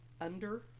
under-